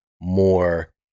more